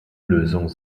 lösung